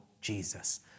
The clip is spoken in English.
Jesus